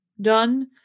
done